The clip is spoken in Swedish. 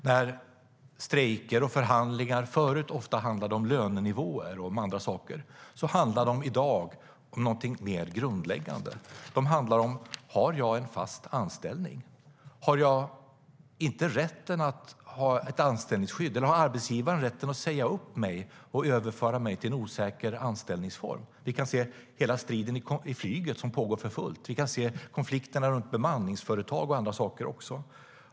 Där strejker och förhandlingar förr ofta handlade om lönenivåer och annat handlar de i dag om något mer grundläggande. De handlar om ifall man har en fast anställning. Har jag inte rätt till anställningsskydd? Har arbetsgivaren rätt att säga upp mig och överföra mig till en osäker anställningsform? Vi har den här striden vid flyget som pågår för fullt. Vi kan också se konflikterna runt bemanningsföretag och andra saker.